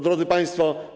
Drodzy Państwo!